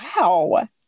Wow